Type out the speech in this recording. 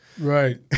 Right